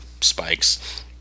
spikes